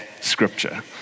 scripture